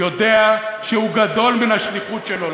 יודע שהוא גדול מן השליחות שלו.